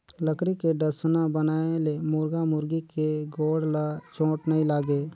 लकरी के डसना बनाए ले मुरगा मुरगी के गोड़ ल चोट नइ लागे